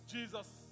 Jesus